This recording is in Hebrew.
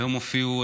היום הופיעו,